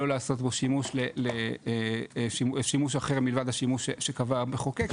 לא לעשות בו שימוש אחר מלבד השימוש שקבע המחוקק.